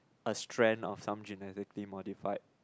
a strain of some genetically modified